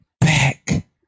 back